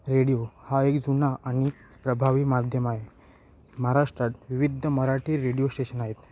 radio हा एक जुना आणि प्रभावी माध्यम आहे महाराष्ट्रात विविध मराठी रेडिओ श्टेशन आहेत